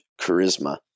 charisma